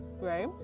right